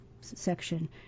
section